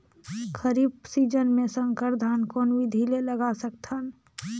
खरीफ season मे संकर धान कोन विधि ले लगा सकथन?